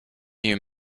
you